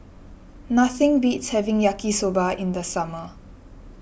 nothing beats having Yaki Soba in the summer